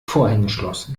vorhängeschloss